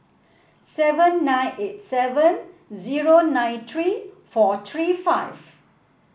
seven nine eight seven zero nine three four three five